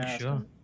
sure